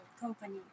company